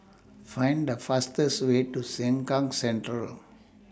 Find The fastest Way to Sengkang Central